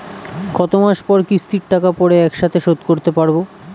কত মাস পর কিস্তির টাকা পড়ে একসাথে শোধ করতে পারবো?